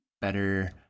better